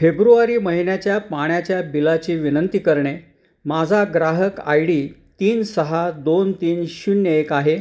February महिन्याच्या पाण्याच्या बिलाची विनंती करणे माझा ग्राहक आय डी तीन सहा दोन तीन शून्य एक आहे